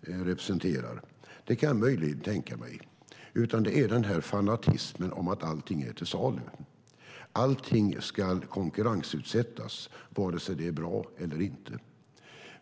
representerar kan jag möjligen tänka mig, men jag är mot den här fanatismen att allting är till salu, att allting ska konkurrensutsättas vare sig det är bra eller inte.